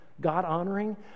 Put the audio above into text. God-honoring